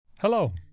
Hello